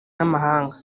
n’amahanga